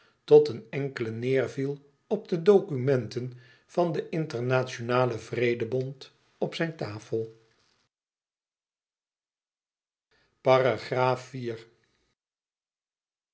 tot een traan een enkele neêrviel op de documenten van den internationalen vrede bond op zijne tafel